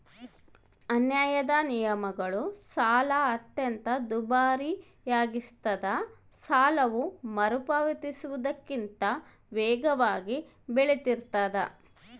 ಅನ್ಯಾಯದ ನಿಯಮಗಳು ಸಾಲ ಅತ್ಯಂತ ದುಬಾರಿಯಾಗಿಸ್ತದ ಸಾಲವು ಮರುಪಾವತಿಸುವುದಕ್ಕಿಂತ ವೇಗವಾಗಿ ಬೆಳಿತಿರ್ತಾದ